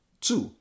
two